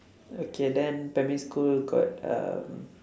okay then primary school got um